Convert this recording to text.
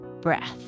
breath